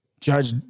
Judge